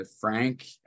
Frank